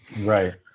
Right